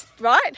Right